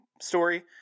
story